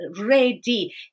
ready